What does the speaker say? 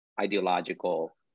ideological